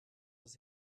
was